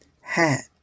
hat